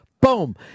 Boom